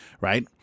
right